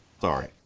sorry